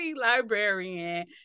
librarian